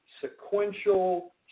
sequential